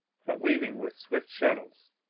but weaving with swift shuttles.